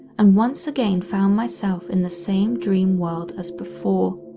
and once again found myself in the same dream world as before.